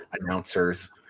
announcers